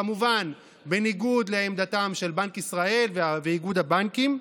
כמובן בניגוד לעמדתם של בנק ישראל ואיגוד הבנקים,